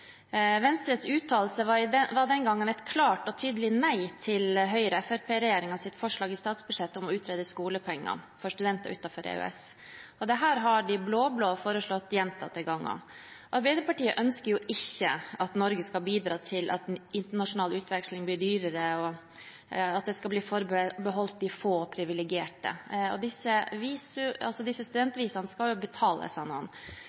Venstres uttalelse var den gang et klart og tydelig nei til Høyre–Fremskrittsparti-regjeringens forslag i statsbudsjettet om å utrede skolepenger for studenter utenfor EØS, og dette har de blå-blå foreslått gjentatte ganger. Arbeiderpartiet ønsker ikke at Norge skal bidra til at internasjonal utveksling blir dyrere, og at det skal bli forbeholdt de få og privilegerte, og disse